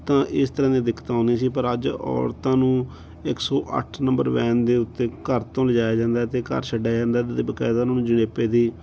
ਤਾਂ ਇਸ ਤਰ੍ਹਾਂ ਦੀ ਦਿੱਕਤ ਆਉਂਦੀ ਸੀ ਪਰ ਅੱਜ ਔਰਤਾਂ ਨੂੰ ਇੱਕ ਸੌ ਅੱਠ ਨੰਬਰ ਵੈਨ ਦੇ ਉੱਤੇ ਘਰ ਤੋਂ ਲਿਜਾਇਆ ਜਾਂਦਾ ਅਤੇ ਘਰ ਛੱਡਿਆ ਜਾਂਦਾ ਅਤੇ ਬਕਾਇਦਾ ਉਹਨਾਂ ਨੂੰ ਜਣੇਪੇ ਦੀ